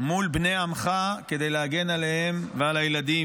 מול בני עמך כדי להגן עליהם ועל הילדים.